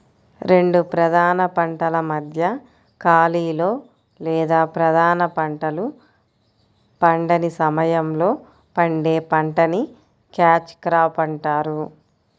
రెండు ప్రధాన పంటల మధ్య ఖాళీలో లేదా ప్రధాన పంటలు పండని సమయంలో పండే పంటని క్యాచ్ క్రాప్ అంటారు